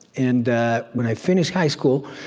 and when i finished high school,